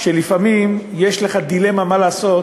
לפעמים יש לך דילמה מה לעשות,